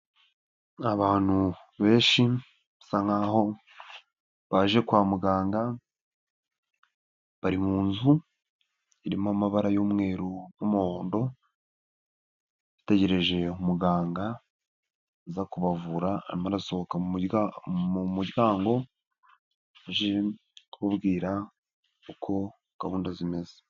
Abantu benshi, basa nkaho, baje kwa muganga, bari mu nzu, irimo amabara y'umweru n'umuhondo, bategereje umuganga, uza kubavura arimo arasoka mu murya mu muryango, aje kubwira uko gahunda zimeze.